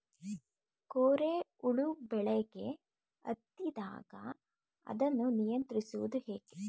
ಕೋರೆ ಹುಳು ಬೆಳೆಗೆ ಹತ್ತಿದಾಗ ಅದನ್ನು ನಿಯಂತ್ರಿಸುವುದು ಹೇಗೆ?